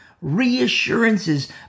reassurances